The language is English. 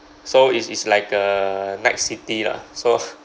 so it's it's like a night city lah so